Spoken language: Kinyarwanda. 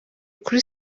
kuri